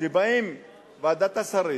באים מוועדת השרים